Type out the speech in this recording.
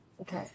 Okay